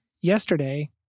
yesterday